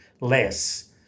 less